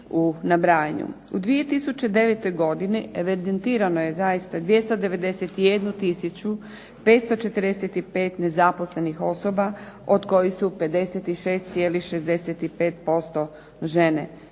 U 2009. godini evidentirano je zaista 291 tisuću 545 nezaposlenih osoba od kojih su 56,65% žene.